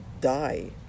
die